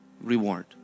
reward